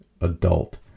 adult